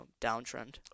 downtrend